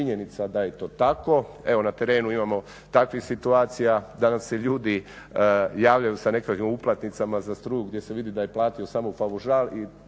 da je to tako? Evo na terenu imamo takvih situacija, danas se ljudi javljaju sa nekakvim uplatnicama za struju gdje se vidi da je platio samo paušal i